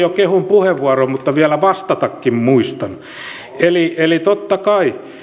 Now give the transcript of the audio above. jo kehuin mutta vielä vastatakin muistan totta kai